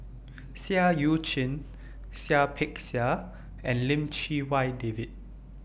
Seah EU Chin Seah Peck Seah and Lim Chee Wai David